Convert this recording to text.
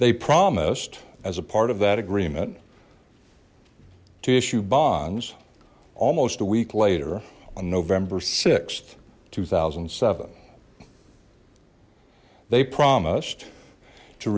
they promised as a part of that agreement to issue bonds almost a week later on november th two thousand and seven they promised to